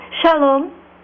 Shalom